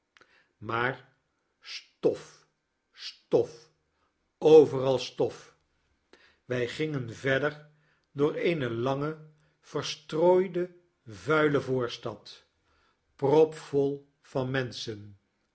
maar stof stof overal stof wij gingen verder door eene lange verstrooide vuile voorstad propvol van menschen